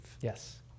Yes